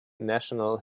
national